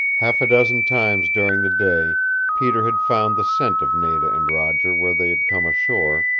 half a dozen times during the day peter had found the scent of nada and roger where they had come ashore,